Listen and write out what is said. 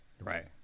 Right